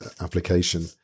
application